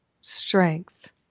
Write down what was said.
strength